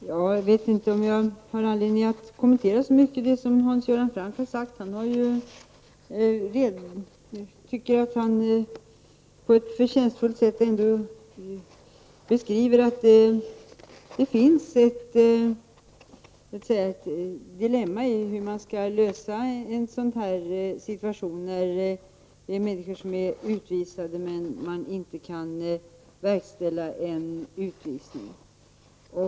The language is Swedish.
Herr talman! Jag vet inte om jag har anledning att kommentera så mycket av det Hans Göran Franck har sagt. Han har ju på ett förtjänstfullt sätt beskrivit det dilemma som det innebär när ett utvisningsbeslut inte kan verkställas.